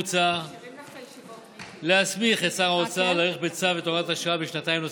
מוצע להסמיך את שר האוצר להאריך בצו את הוראת השעה בשנתיים נוספות.